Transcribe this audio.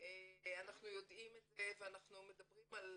אנחנו יודעים את זה ואנחנו מדברים על